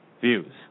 views